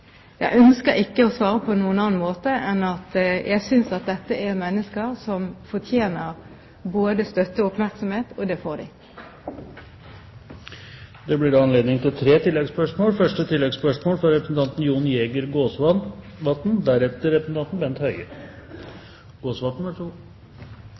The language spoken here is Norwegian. synes at dette er mennesker som fortjener både støtte og oppmerksomhet, og det får de. Det blir gitt anledning til tre